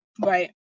Right